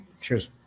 Cheers